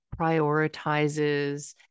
prioritizes